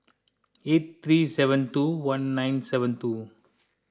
eight three seven two one nine seven two